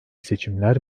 seçimler